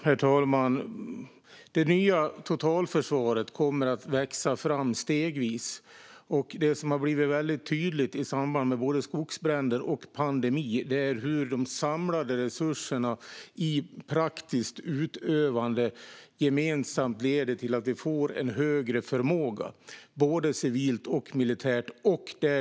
Herr talman! Det nya totalförsvaret kommer att växa fram stegvis. Det som har blivit väldigt tydligt i samband med både skogsbränder och pandemi är hur de samlade resurserna i praktiskt utövande gemensamt leder till att vi får en högre förmåga både civilt och militärt.